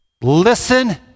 listen